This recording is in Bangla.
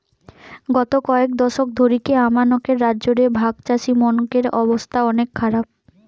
গত কয়েক দশক ধরিকি আমানকের রাজ্য রে ভাগচাষীমনকের অবস্থা অনেক খারাপ